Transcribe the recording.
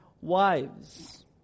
wives